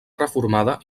reformada